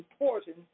important